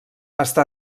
està